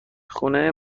خونه